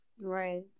Right